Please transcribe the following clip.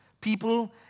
people